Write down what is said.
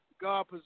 God